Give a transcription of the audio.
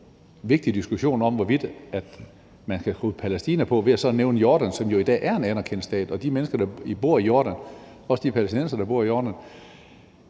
en anden vigtig diskussion om, hvorvidt man kan skrive Palæstina på, ved så at nævne Jordan, som jo i dag er en anerkendt stat, og de mennesker, der bor i Jordan, og også de palæstinensere, der bor i Jordan,